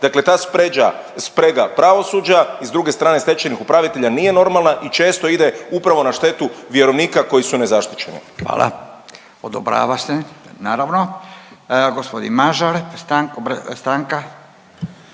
ta spređa, sprega pravosuđa i s druge strane stečajnih upravitelja nije normalna i često ide upravo na štetu vjerovnika koji su nezaštićeni. **Radin, Furio (Nezavisni)** Hvala. Odobrava se, naravno. Gospodin Mažar, stanka.